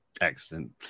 Excellent